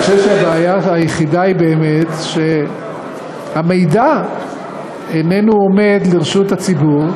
אני חושב שהבעיה היחידה באמת היא שהמידע איננו עומד לרשות הציבור,